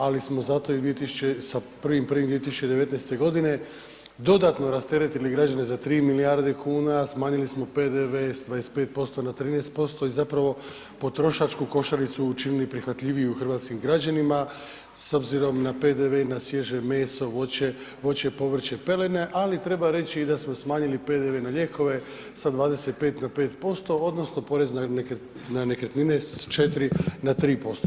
Ali smo zato i, sa 1.1.2019. godine dodatno rasteretili građane za 3 milijarde kuna, smanjili smo PDV sa 25% na 13% i zapravo potrošačku košaricu učinili prihvatljiviju hrvatskim građanima s obzirom na PDV i na svježe meso, voće, povrće i pelene ali treba reći i da smo smanjili PDV na lijekove sa 25 na 5%, odnosno porez na nekretnine sa 4 na 3%